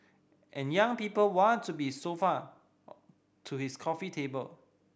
and young people want to be sofa to his coffee table